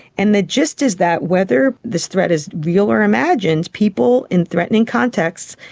and the gist is that whether this threat is real or imagined, people in threatening contexts,